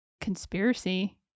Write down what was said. Conspiracy